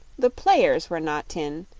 the players were not tin,